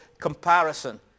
comparison